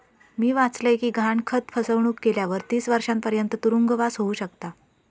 मी वाचलय कि गहाणखत फसवणुक केल्यावर तीस वर्षांपर्यंत तुरुंगवास होउ शकता